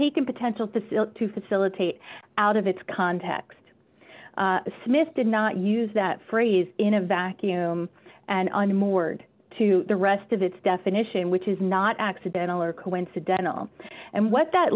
taken potential the field to facilitate out of its context the smith did not use that phrase in a vacuum and on mord to the rest of its definition which is not accidental or coincidental and what that